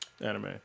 anime